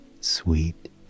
sweet